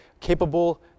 capable